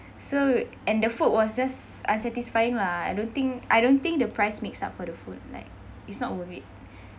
so and the food was just unsatisfying lah I don't think I don't think the price makes up for the food like it's not worth it